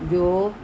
ਜੋ